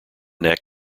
neck